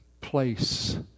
place